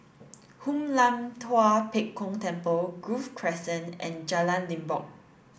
Hoon Lam Tua Pek Kong Temple Grove Crescent and Jalan Limbok